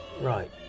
Right